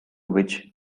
which